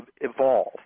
evolve